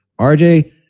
RJ